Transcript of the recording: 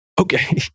okay